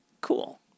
Cool